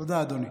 תודה, אדוני.